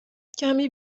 کمی